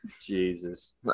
Jesus